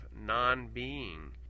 non-being